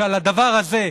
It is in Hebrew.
שעל הדבר הזה,